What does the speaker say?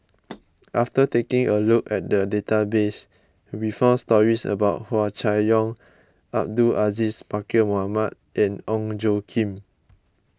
after taking a look at the database we found stories about Hua Chai Yong Abdul Aziz Pakkeer Mohamed and Ong Tjoe Kim